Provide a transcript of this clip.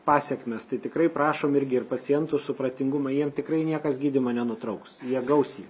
pasekmes tai tikrai prašom irgi ir pacientų supratingumo jiem tikrai niekas gydymo nenutrauks jie gaus jį